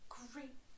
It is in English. great